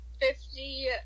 Fifty